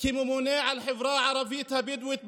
כממונה על החברה הערבית הבדואית בנגב: